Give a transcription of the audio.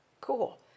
Cool